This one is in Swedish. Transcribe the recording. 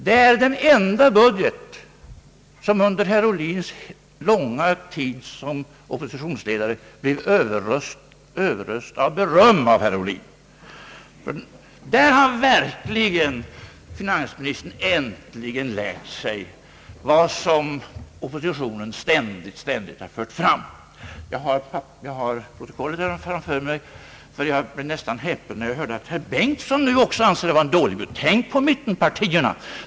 Det var den enda budget som under herr Ohlins långa tid som oppositionsledare blev överöst med beröm av herr Ohlin — där hade verkli gen finansministern äntligen lärt sig vad oppositionen ständigt hade fört fram. Jag har protokollet härom framför mig, ty jag blev nästan häpen när jag hörde att herr Bengtson nu också anser det vara en dålig budget. Tänk på mittenpartierna!